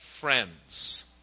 friends